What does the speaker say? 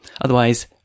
Otherwise